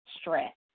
stress